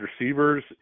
receivers